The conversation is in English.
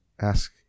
ask